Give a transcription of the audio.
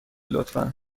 لطفا